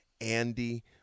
Andy